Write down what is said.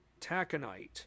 taconite